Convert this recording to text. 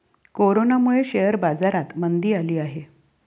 कोरोनामुळे शेअर बाजारात मंदी आली आहे